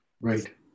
Right